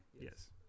Yes